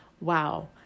wow